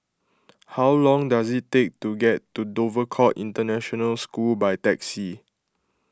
how long does it take to get to Dover Court International School by taxi